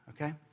okay